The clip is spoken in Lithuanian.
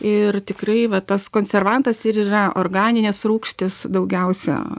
ir tikrai va tas konservantas ir yra organinės rūgštys daugiausia